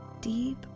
deep